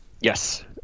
Yes